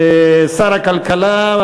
שר הכלכלה,